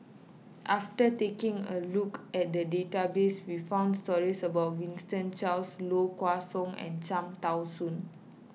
after taking a look at the database we found stories about Winston Choos Low Kway Song and Cham Tao Soon